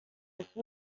son